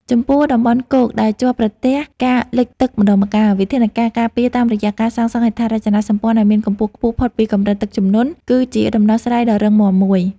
ចំពោះតំបន់គោកដែលជួបប្រទះការលិចទឹកម្តងម្កាល វិធានការការពារតាមរយៈការសាងសង់ហេដ្ឋារចនាសម្ព័ន្ធឱ្យមានកម្ពស់ខ្ពស់ផុតពីកម្រិតទឹកជំនន់គឺជាដំណោះស្រាយដ៏រឹងមាំមួយ។